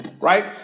Right